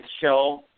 show